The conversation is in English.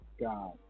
God